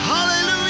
Hallelujah